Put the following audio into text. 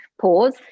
pause